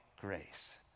grace